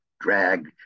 drag